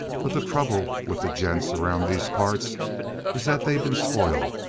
but the trouble with the gents around these parts is that they been spoiled.